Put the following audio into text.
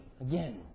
again